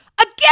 again